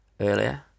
earlier